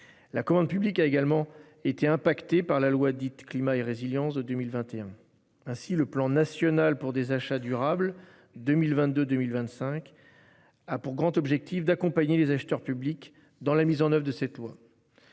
La commande publique a également été impactées par la loi dite climat et résilience de 2021. Ainsi, le plan national pour des achats durables. 2022 2025. A pour grand objectif d'accompagner les acheteurs publics dans la mise en oeuvre de cette loi.